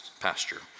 pasture